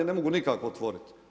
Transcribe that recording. Ne mogu nikako otvoriti.